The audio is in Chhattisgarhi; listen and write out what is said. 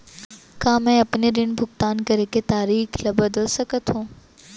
का मैं अपने ऋण भुगतान करे के तारीक ल बदल सकत हो?